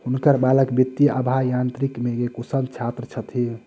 हुनकर बालक वित्तीय अभियांत्रिकी के कुशल छात्र छथि